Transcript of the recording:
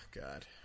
God